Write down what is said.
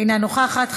אינה נוכחת,